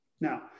Now